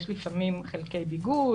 יש לפעמים חלקי ביגוד,